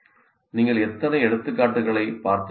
நீங்கள் எத்தனை எடுத்துக்காட்டுகளைப் பார்த்திருக்க வேண்டும்